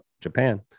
Japan